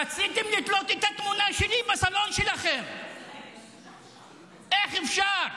רציתם לתלות את התמונה שלי בסלון שלכם, איך אפשר?